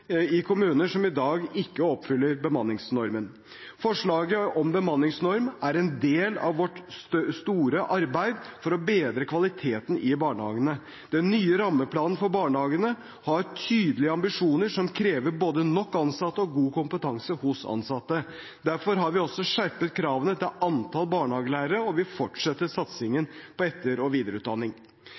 i kommuner som i dag ikke oppfyller bemanningsnormen. Forslaget om bemanningsnorm er en del av vårt store arbeid for å bedre kvaliteten i barnehagene. Den nye rammeplanen for barnehagene har tydelige ambisjoner som krever både nok ansatte og god kompetanse hos ansatte. Derfor har vi også skjerpet kravet til antall barnehagelærere, og vi fortsetter satsingen på etter- og videreutdanning.